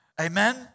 Amen